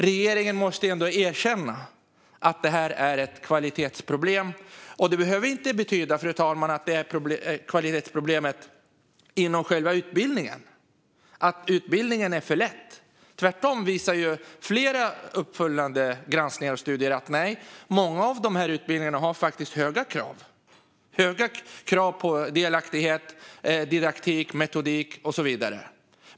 Regeringen måste ändå erkänna att det är ett kvalitetsproblem, fru talman. Det behöver inte betyda att kvalitetsproblemet ligger inom själva utbildningen, att utbildningen är för lätt. Tvärtom visar flera uppföljande granskningar och studier att det på många av de här utbildningarna ställs höga krav på delaktighet, didaktik, metodik och så vidare.